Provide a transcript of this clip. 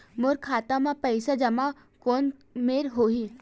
मोर खाता मा पईसा जमा कोन मेर होही?